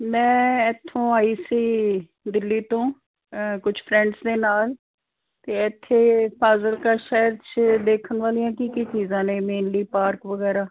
ਮੈਂ ਇੱਥੋਂ ਆਈ ਸੀ ਦਿੱਲੀ ਤੋਂ ਕੁਛ ਫਰੈਂਡਸ ਨੇ ਨਾਲ ਅਤੇ ਇੱਥੇ ਫਾਜਿਲਕਾ ਸ਼ਹਿਰ 'ਚ ਦੇਖਣ ਵਾਲੀਆਂ ਕੀ ਕੀ ਚੀਜ਼ਾਂ ਨੇ ਮੇਨਲੀ ਪਾਰਕ ਵਗੈਰਾ